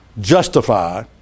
justify